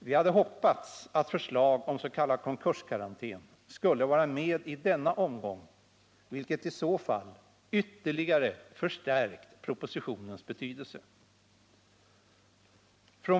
Vi hade hoppats att förslag om s.k. konkurskarantän skulle vara med i denna omgång, vilket i så fall ytterligare förstärkt propositionens betydelse.